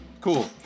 Cool